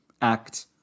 act